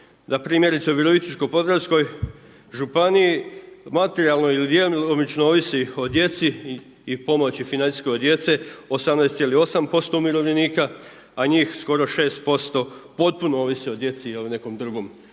npr. u Virovitičko-podravskoj županiji materijalno ili djelomično ovisi o djeci i pomoći financijskoj od djece 18,8% umirovljenika a njih skoro 6% potpuno ovisi o djeci i o nekom drugom